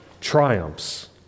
triumphs